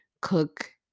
cook